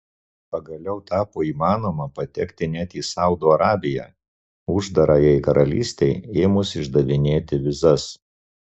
pagaliau tapo įmanoma patekti net į saudo arabiją uždarajai karalystei ėmus išdavinėti vizas